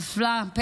נפלה.